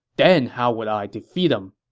then how would i defeat him?